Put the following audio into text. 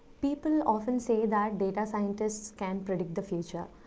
people often say that data scientists can predict the future,